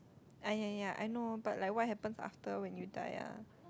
ah ya ya I know but like what happen after when you die ah